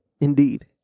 indeed